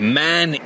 man